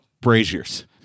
braziers